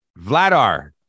Vladar